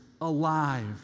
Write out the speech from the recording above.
alive